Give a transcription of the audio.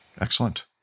Excellent